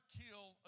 kill